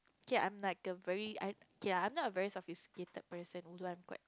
K I'm like a very I K I'm not a very sophisticated person although I'm quite